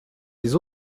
des